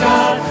God